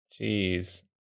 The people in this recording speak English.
Jeez